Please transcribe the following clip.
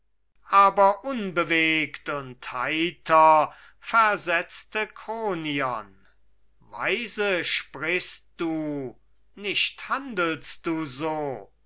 aber unbewegt und heiter versetzte kronion weise sprichst du nicht handelst du so